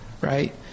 right